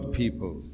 people